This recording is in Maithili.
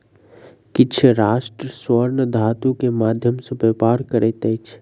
किछ राष्ट्र स्वर्ण धातु के माध्यम सॅ व्यापार करैत अछि